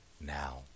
now